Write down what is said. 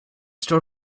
still